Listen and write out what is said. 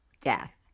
death